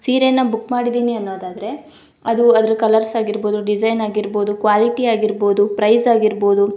ಸೀರೆಯನ್ನು ಬುಕ್ ಮಾಡಿದ್ದೀನಿ ಅನ್ನೋದಾದರೆ ಅದು ಅದ್ರ ಕಲರ್ಸ್ ಆಗಿರ್ಬೋದು ಡಿಸೈನ್ ಆಗಿರ್ಬೋದು ಕ್ವಾಲಿಟಿ ಆಗಿರ್ಬೋದು ಪ್ರೈಸ್ ಆಗಿರ್ಬೋದು